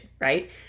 right